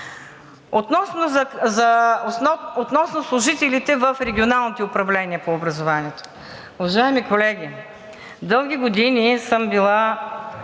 Относно служителите в регионалните управления по образованието. Уважаеми колеги, дълги години съм била